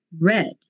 red